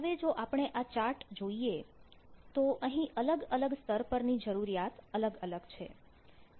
હવે જો આપણે આ ચાર્ટ જોઈએ તો અહીં અલગ અલગ સ્તર પર ની જરૂરિયાત અલગ અલગ છે